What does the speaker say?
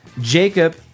Jacob